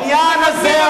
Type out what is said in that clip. בעניין הזה,